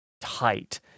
tight